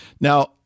Now